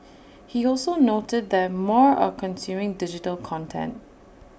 he also noted that more are consuming digital content